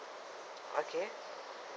okay